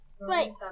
Wait